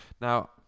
Now